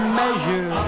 measure